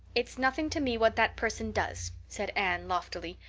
it's nothing to me what that person does, said anne loftily.